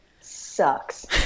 sucks